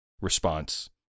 response